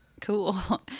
Cool